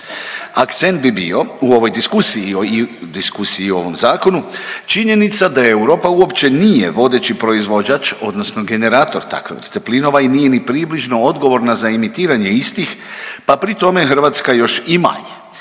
Akcent bi bio u ovoj diskusiji i diskusiji o ovom zakonu činjenica da Europa uopće nije vodeći proizvođač odnosno generator takve vrste plinova i nije ni približno odgovorna za imitiranje istih pa pri tome Hrvatska još i manje,